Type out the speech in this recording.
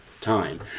time